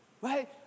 right